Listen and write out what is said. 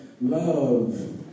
Love